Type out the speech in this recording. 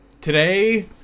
Today